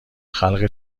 خلق